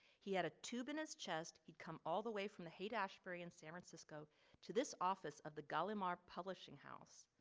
he had a tube in his chest, he come all the way from the haight ashbury in san francisco to this office of the gallimard publishing house.